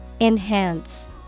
Enhance